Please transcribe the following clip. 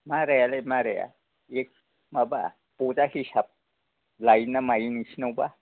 मारायालाय माराया माबा बजा हिसाब लायो ना मायो नोंसोरनियावबा